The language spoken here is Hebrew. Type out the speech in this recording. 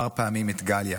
כמה פעמים את גליה,